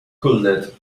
cutlet